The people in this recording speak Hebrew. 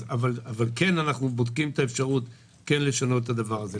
אבל אנחנו כן בודקים את האפשרות לשנות את הדבר הזה.